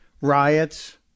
riots